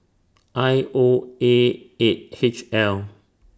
I O A eight H L